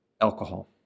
alcohol